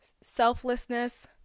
selflessness